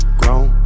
grown